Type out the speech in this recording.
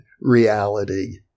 reality